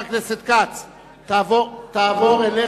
54 בעד, שניים מתנגדים, אין נמנעים.